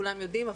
כולם יודעים,